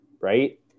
right